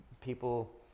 people